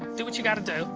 do what you got to do